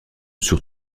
sur